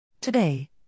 Today